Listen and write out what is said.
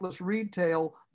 retail